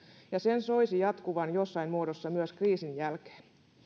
ja sen soisi jatkuvan jossain muodossa myös kriisin jälkeen